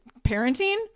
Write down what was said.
parenting